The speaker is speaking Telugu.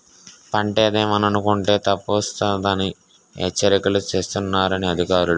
పంటేద్దామనుకుంటే తుపానొస్తదని హెచ్చరికలు సేస్తన్నారు అధికారులు